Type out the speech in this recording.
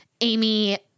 Amy